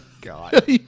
God